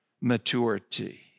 maturity